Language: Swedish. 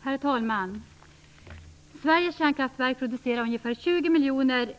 Herr talman! Sveriges kärnkraftverk producerar ungefär 20 miljoner